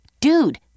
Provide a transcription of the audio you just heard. dude